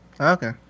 Okay